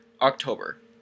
October